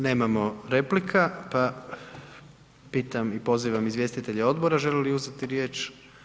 Nemamo replika pa pitam i poziva izvjestitelje odbora žele li uzeti riječ?